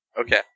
Okay